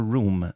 Room